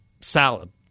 salad